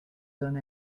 done